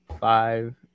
five